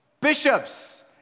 bishops